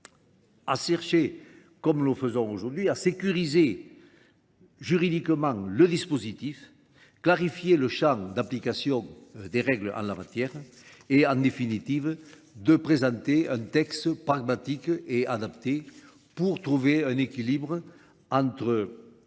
à chercher, comme le faisons aujourd'hui, à sécuriser juridiquement le dispositif, clarifier le champ d'application des règles en la matière et, en définitive, de présenter un texte pragmatique et adapté pour trouver un équilibre entre